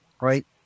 right